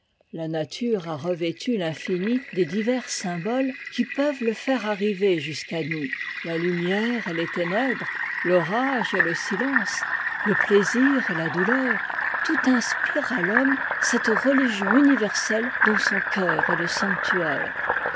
la nature a revêtu l'infini des divers symboles qui peuvent le faire arriver jusqu'à nous la lumière et les ténèbres forage et le silence le plaisir et la douleur tout inspire à l'homme cette religion universelle dont son cœur est le sanctuaire